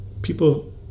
people